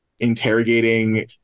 interrogating